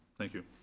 thank you.